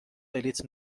بلیط